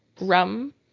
rum